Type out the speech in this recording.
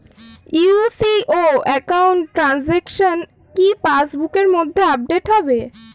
UCO account transaction কি পাস বুকের মধ্যে আপডেট হবে?